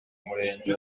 murenge